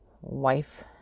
wife